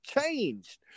changed